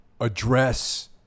address